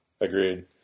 Agreed